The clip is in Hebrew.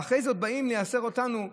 ואחרי זה עוד באים לייסר אותנו?